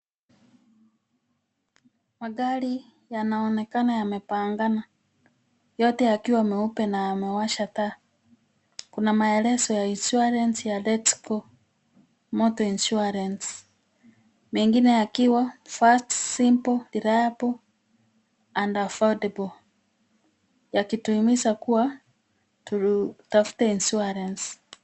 Magari yanaonekana yamepangana. Yote yakiwa meupe na yamewasha taa. Kuna maelezo ya insurance ya lets go motor insurance. Mengine yakiwa fast, simple and liable and affordable yakituhimiza kuwa tutafute insurance .